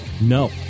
No